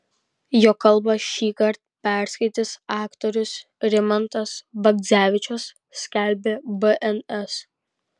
jo kalbą šįkart perskaitys aktorius rimantas bagdzevičius skelbė bns